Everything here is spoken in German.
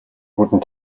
guten